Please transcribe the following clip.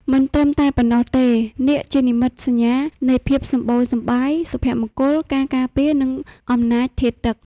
មិនត្រឹមតែប៉ុណ្ណោះទេ នាគ ជានិមិត្តសញ្ញានៃភាពសម្បូរសប្បាយ សុភមង្គល ការការពារ និងអំណាចធាតុទឹក។